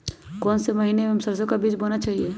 कौन से महीने में हम सरसो का बीज बोना चाहिए?